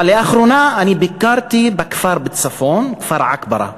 אבל לאחרונה אני ביקרתי בכפר בצפון, כפר עכברה,